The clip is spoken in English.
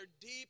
deep